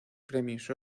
premios